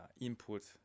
input